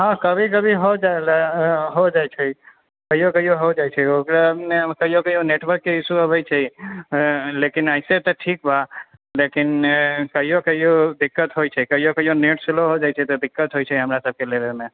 हँ कभी कभी हो जाइ छै कहियो कहियो हो जाइ छै कहियो कहियो नेटवर्क के ईशु अबै छै लेकिन एहिसॅं तऽ ठीक बा लेकिन कहियो कहियो दिक्कत होइ छै कहियो कहियो नेट श्लो हो जाइ छै तऽ दिक्कत हो जाइ छै हमरा सबके लेवेमे